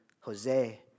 Jose